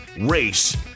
race